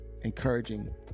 encouraging